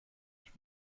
ich